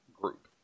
group